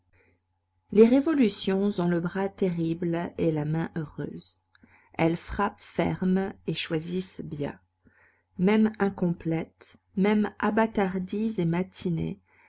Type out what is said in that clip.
les révolutions ont le bras terrible et la main heureuse elles frappent ferme et choisissent bien même incomplètes même abâtardies et mâtinées